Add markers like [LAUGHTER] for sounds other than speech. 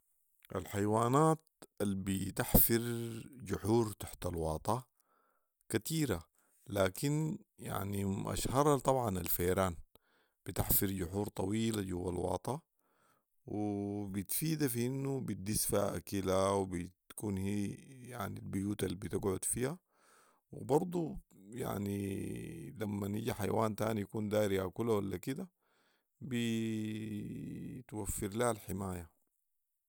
الحيوانات البتحفر جحور تحت الواطه كتيره لكن يعني اشهرها طبعا الفيران بتحفر جحور طويله جوه الواطه وبتفيدها في انه بتدس فيها اكلها وبتكون هي يعني البيوت البتقعد فيها وبرضو يعني لمن يجي حيوان تاني يكون داير ياكلها و لا كده [HESITATION] بتوفر ليها الحمايه